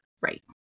Right